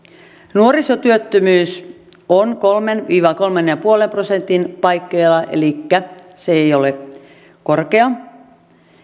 nuorisotyöttömyys on kolme viiva kolme pilkku viiden prosentin paikkeilla elikkä se ei ole korkea